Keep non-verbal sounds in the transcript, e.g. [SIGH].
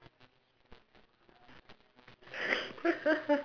[LAUGHS]